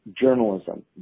journalism